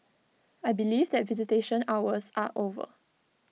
I believe that visitation hours are over